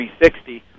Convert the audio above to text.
360